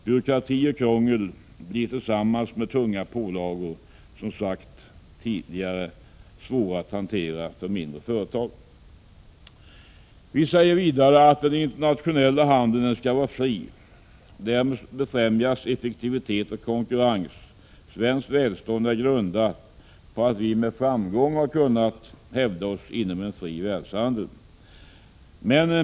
Byråkrati och krångel blir tillsammans med tunga pålagor svårt att hantera för mindre företag. Den internationella handeln skall vara fri. Därmed befrämjas effektivitet och konkurrens. Svenskt välstånd har ju grundats på att vi med framgång har kunnat hävda oss inom en fri världshandel.